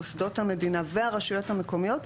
מוסדות המדינה והרשויות המקומיות,